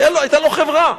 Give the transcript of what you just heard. היתה לו חברה.